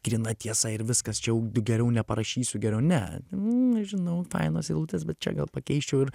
gryna tiesa ir viskas čia geriau neparašysiu geriau ne nežinau fainos eilutės bet čia gal pakeisčiau ir